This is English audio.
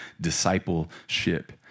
discipleship